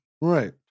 Right